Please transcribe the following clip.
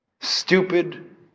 stupid